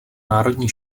národní